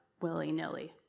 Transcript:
willy-nilly